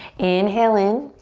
inhale in.